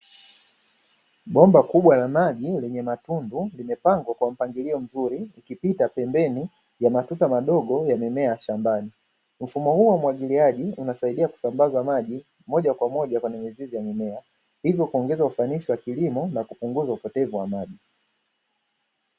Bomba kubwa la maji lenye matundu limepangwa kwa mpangilio mzuri, likipita pembeni ya matuta madogo ya mimea ya shambani. Mfumo huu wa umwagiliaji unasaidia kusambaza maji moja kwa moja kwenye mizizi ya mimea. Hivyo, kuongeza ufanisi wa kilimo na kupunguza upotevu wa maji.